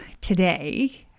today